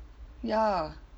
ya